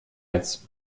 als